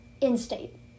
In-state